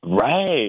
Right